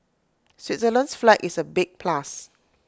Switzerland's flag is A big plus